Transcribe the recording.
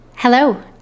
Hello